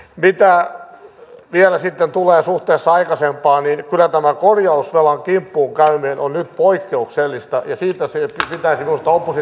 mitä vielä sitten tulee suhteessa aikaisempaan niin kyllä tämä korjausvelan kimppuun käyminen on nyt poikkeuksellista ja siitä pitäisi minusta oppositionkin antaa tunnustusta